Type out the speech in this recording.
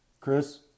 Chris